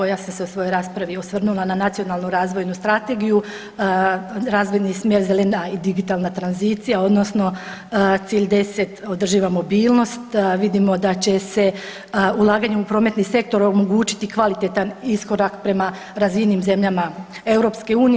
Da, evo ja sam se u svojoj raspravi osvrnula na nacionalnu razvojnu strategiju, razvojni smjer zelena i digitalna tranzicija odnosno, cilj 10 održiva mobilnost, vidimo da će se ulaganjem u prometni sektor omogućiti kvalitetan iskorak prema raznim zemljama EU.